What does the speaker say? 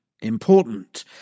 Important